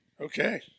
Okay